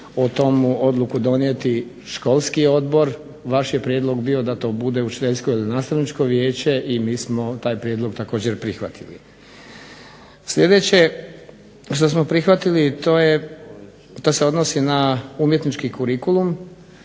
o tomu odluku donijeti školski odbor, vaš je prijedlog bio da to bude učiteljsko ili nastavničko vijeće i mi smo taj prijedlog također prihvatili. Sljedeće što smo prihvatili to se odnosi na umjetnički kurikulum.